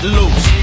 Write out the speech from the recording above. loose